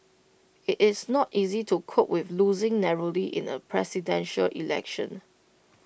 IT is not easy to cope with losing narrowly in A Presidential Election